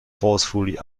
forcefully